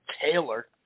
taylor